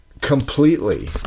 completely